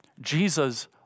Jesus